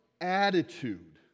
attitude